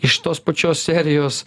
iš tos pačios serijos